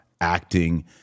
acting